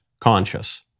conscious